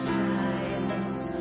silent